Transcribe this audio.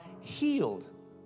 healed